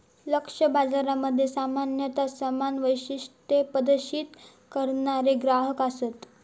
लक्ष्य बाजारामध्ये सामान्यता समान वैशिष्ट्ये प्रदर्शित करणारे ग्राहक असतत